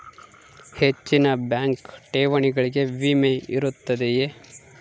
ಹೆಚ್ಚಿನ ಬ್ಯಾಂಕ್ ಠೇವಣಿಗಳಿಗೆ ವಿಮೆ ಇರುತ್ತದೆಯೆ?